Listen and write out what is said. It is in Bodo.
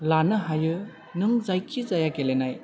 लानो हायो नों जायखि जाया गेलेनाय